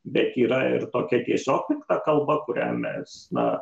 bet yra ir tokia tiesiog kalba kuria mes na